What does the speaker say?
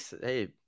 Hey